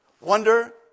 wonder